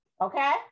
Okay